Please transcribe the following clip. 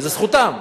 וזו זכותם.